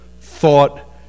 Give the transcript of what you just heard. thought